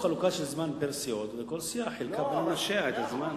עשו חלוקה של זמן פר-סיעות וכל סיעה חילקה בין אנשיה את הזמן.